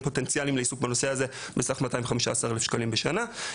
פוטנציאליים לעיסוק בנושא הזה בסך 215,000 שקלים בשנה.